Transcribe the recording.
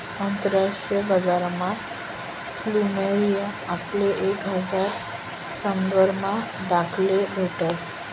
आंतरराष्ट्रीय बजारमा फ्लुमेरिया आपले एक हजार रंगसमा दखाले भेटस